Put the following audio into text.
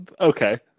okay